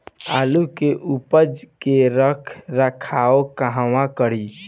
आलू के उपज के रख रखाव कहवा करी?